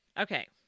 okay